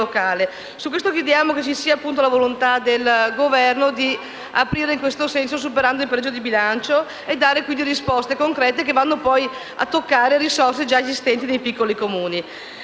locale. Chiediamo che ci sia la volontà del Governo di aprire in questo senso, superando il pareggio di bilancio, per dare risposte concrete che vanno poi a toccare risorse già esistenti nei piccoli Comuni.